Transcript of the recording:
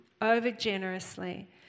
over-generously